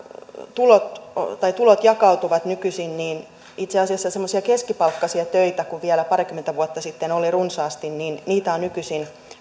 tulot jakautuvat nykyisin niin itse asiassa semmoisia keskipalkkaisia töitä joita vielä parikymmentä vuotta sitten oli runsaasti on nykyisin